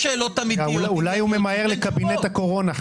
יש שאלות אמיתיות --- אולי הוא ממהר לקבינט הקורונה,